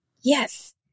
Yes